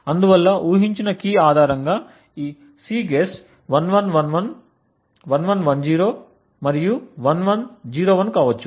అందువల్ల ఊహించిన కీ ఆధారంగా ఈ Cguess 1111 1110 మరియు 1101 కావచ్చు